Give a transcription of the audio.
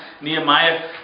Nehemiah